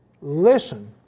Listen